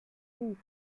ruf